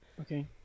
Okay